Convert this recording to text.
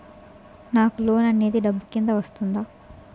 నాకు లోన్ అనేది డబ్బు కిందా వస్తుందా?